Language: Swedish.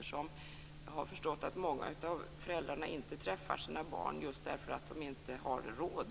Jag har förstått att många föräldrar inte träffar sina barn just därför att de inte har råd.